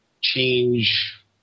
change